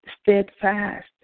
steadfast